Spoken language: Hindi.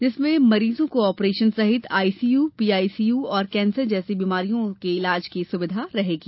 इसमें मरीजों को आपरेशन सहित आईसीयू पीआईसीयू और कैंसर जैसी बीमारियों के इलाज की सुविधा होगी